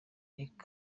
nick